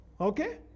Okay